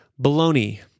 baloney